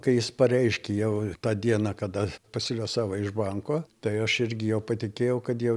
kai jis pareiškė jau tą dieną kada pasiliuosavo iš banko tai aš irgi jau patikėjau kad jau